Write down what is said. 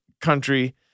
country